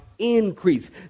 Increase